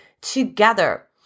together